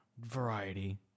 variety